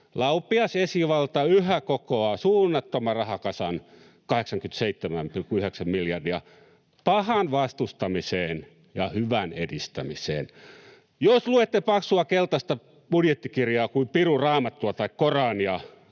Laupias esivalta yhä kokoaa suunnattoman rahakasan, 87,9 miljardia, pahan vastustamiseen ja hyvän edistämiseen. Jos luette paksua keltaista budjettikirjaa kuin piru Raamattua tai Koraania,